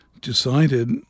decided